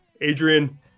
Adrian